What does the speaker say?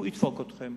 הוא ידפוק אתכם,